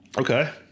Okay